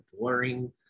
boring